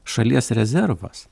šalies rezervas